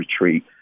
Retreat